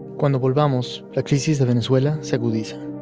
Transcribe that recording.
cuando volvamos, la crisis de venezuela se agudiza,